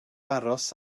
aros